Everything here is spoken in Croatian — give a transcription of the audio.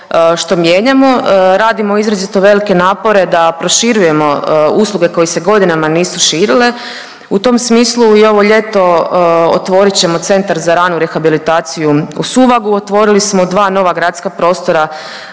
što mijenjamo. Radimo izrazito velike napore da proširujemo usluge koje se godine nisu širile. U tom smislu i ovo ljeto otvorit ćemo centar za ranu rehabilitaciju u Suvagu, otvorili smo dva nova gradska prostora